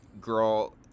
girl